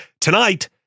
Tonight